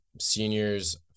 seniors